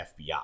FBI